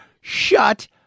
shut